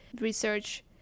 research